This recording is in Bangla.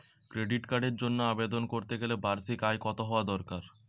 ক্রেডিট কার্ডের জন্য আবেদন করতে গেলে বার্ষিক আয় কত হওয়া দরকার?